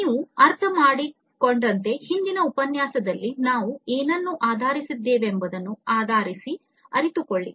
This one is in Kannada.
ನೀವು ಅರ್ಥಮಾಡಿಕೊಂಡಂತೆ ಹಿಂದಿನ ಉಪನ್ಯಾಸಗಳಲ್ಲಿ ನಾವು ಏನನ್ನು ಆಧರಿಸಿದ್ದೇವೆಂಬುದನ್ನು ಅರಿತುಕೊಳ್ಳಿ